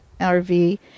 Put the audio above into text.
RV